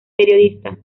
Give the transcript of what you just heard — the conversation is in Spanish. periodista